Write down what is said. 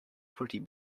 pretty